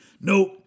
nope